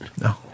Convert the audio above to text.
No